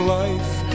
life